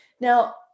Now